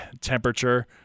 temperature